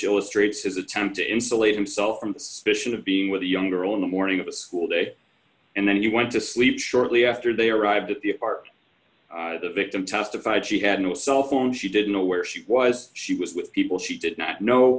illustrates his attempt to insulate himself from suspicion of being with a young girl in the morning of a school day and then you went to sleep shortly after they arrived at the art the victim testified she had no cell phone she didn't know where she was she was with people she did not know